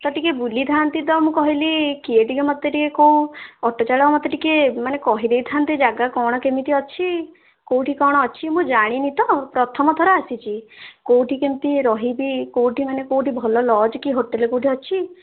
ତ ଟିକେ ବୁଲିଥାନ୍ତି ତ ମୁଁ କହିଲି କିଏ ଟିକେ ମୋତେ ଟିକେ କୋଉ ଅଟୋ ଚାଳକ ମୋତେ ଟିକିଏ ମାନେ କହିଦେଇଥାନ୍ତେ ଯାଗା କ'ଣ କେମିତି ଅଛି କୋଉଠି କ'ଣ ଅଛି ମୁଁ ଜାଣିନି ତ ପ୍ରଥମଥର ଆସିଛି କୋଉଠି କେମିତି ରହିବି କୋଉଠି ମାନେ କୋଉଠି ଭଲ ଲଜ୍ କି ହୋଟେଲ୍ କୋଉଠି ଅଛି